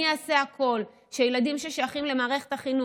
אני אעשה הכול שילדים ששייכים למערכת החינוך,